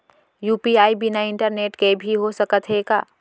UPI बिना internet के भी हो सकत हे का?